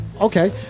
Okay